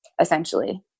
essentially